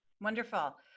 Wonderful